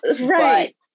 Right